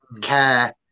care